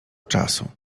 czasu